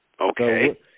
Okay